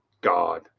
god